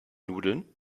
nudeln